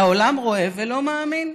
והעולם רואה ולא מאמין.